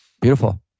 Beautiful